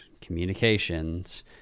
communications